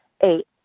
Eight